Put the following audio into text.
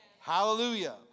Hallelujah